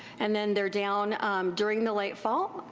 and then theyire down during the late fall